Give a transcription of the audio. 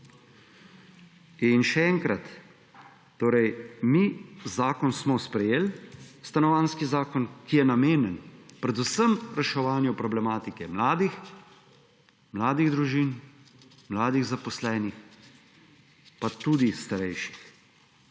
ni. Še enkrat, mi smo sprejeli stanovanjski zakon, ki je namenjen predvsem reševanju problematike mladih; mladih družin, mladih zaposlenih, pa tudi starejših,